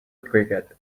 cricket